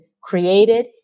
created